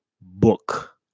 book